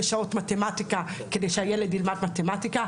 שעות מתמטיקה כדי שהילד ילמד מתמטיקה,